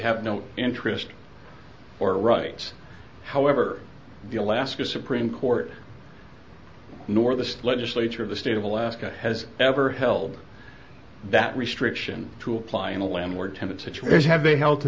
have no interest or right however the alaska supreme court nor the legislature of the state of alaska has ever held that restriction to apply in a landlord tenant situations have a help to